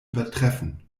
übertreffen